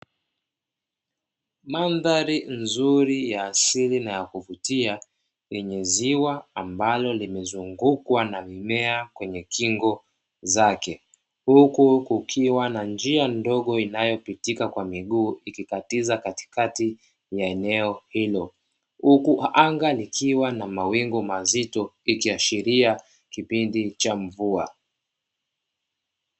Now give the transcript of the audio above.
Mandhari nzuri ya asili na ya kuvutia, yenye ziwa ambalo, limezungukwa na mimea kwenye kingo zake. Huku kukiwa na njia ndogo inayopitika kwa miguu, ikikatiza katikati ya eneo hilo. Huku anga likiwa na mawingu mazito, ikiashiria kipindi cha mvua.